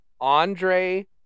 andre